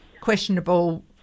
questionable